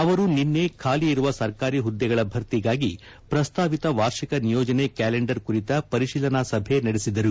ಅವರು ನಿನ್ನೆ ಖಾಲಿ ಇರುವ ಸರ್ಕಾರಿ ಹುದ್ದೆಗಳ ಭರ್ತಿಗಾಗಿ ಪ್ರಸ್ತಾವಿತ ವಾರ್ಷಿಕ ನಿಯೋಜನೆ ಕ್ಯಾಲೆಂಡರ್ ಕುರಿತ ಪರಿಶೀಲನಾ ಸಭೆ ನಡೆಸಿದರು